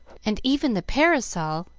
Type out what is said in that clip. and even the parasol,